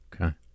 Okay